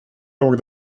låg